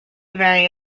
very